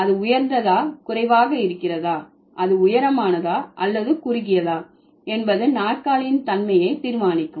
அது உயர்ந்ததா குறைவாக இருக்கிறதா அது உயரமானதா அல்லது குறுகியதா என்பது நாற்காலியின் தன்மையை தீர்மானிக்கும்